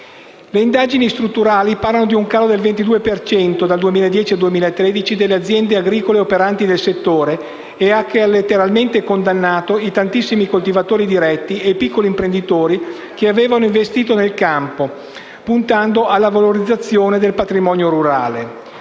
Le indagini strutturali parlano di un calo del 22 per cento - dal 2010 al 2013 - delle aziende agricole operanti nel settore, che ha letteralmente condannato i tantissimi coltivatori diretti e piccoli imprenditori che avevano investito nel campo, puntando alla valorizzazione del patrimonio rurale.